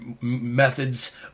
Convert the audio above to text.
methods